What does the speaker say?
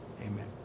amen